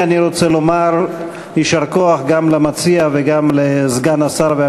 אני קובע כי הצעת החוק אושרה בקריאה טרומית ותועבר לוועדת